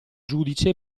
giudice